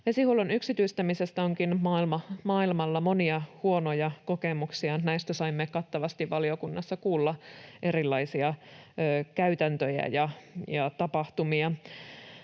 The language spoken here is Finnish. Vesihuollon yksityistämisestä onkin maailmalla monia huonoja kokemuksia. Näistä saimme kattavasti valiokunnassa kuulla erilaisia käytäntöjä ja tapahtumia.